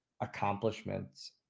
accomplishments